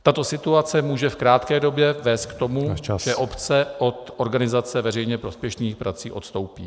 Tato situace může v krátké době vést k tomu , že obce od organizace veřejně prospěšných prací odstoupí.